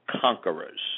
conquerors